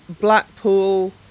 Blackpool